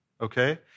Okay